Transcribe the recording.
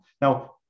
Now